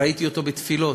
ראיתי אותו בתפילות,